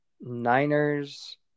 Niners